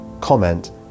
comment